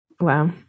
Wow